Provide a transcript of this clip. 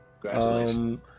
Congratulations